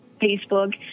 facebook